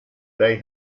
they